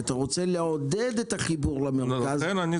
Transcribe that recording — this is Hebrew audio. למעשה אתה רוצה לעודד את החיבור למרכז ולכן לא